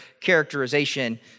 characterization